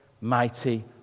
mighty